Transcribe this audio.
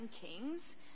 Kings